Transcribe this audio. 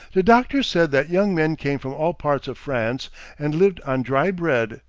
the doctor said that young men came from all parts of france and lived on dry bread,